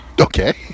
Okay